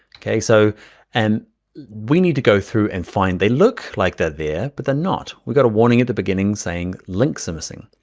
okay? so and we need to go through and find, they look like they're there, but they're not. we got a warning at beginning saying, links are missing.